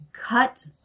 cut